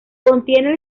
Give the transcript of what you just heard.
contiene